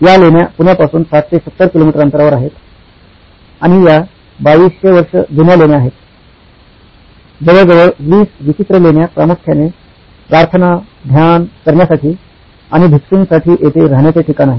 या लेण्या पुण्या पासून ६० ते ७० किलोमीटर अंतरावर आहेत आणि या २२०० वर्ष जुन्या लेण्या आहेत जवळजवळ २० विचित्र लेण्या प्रामुख्याने प्रार्थना ध्यान करण्यासाठी आणि भिक्षूंसाठी येथे राहण्याचे ठिकाण आहेत